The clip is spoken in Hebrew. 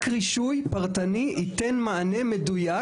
רק רישוי פרטני ייתן מענה מדויק,